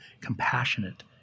compassionate